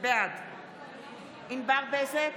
בעד ענבר בזק,